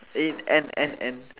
eh N N N